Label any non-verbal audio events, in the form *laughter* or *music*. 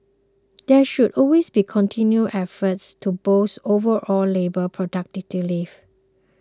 there should always be continued efforts to boost overall labour *unintelligible*